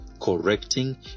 correcting